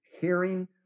hearing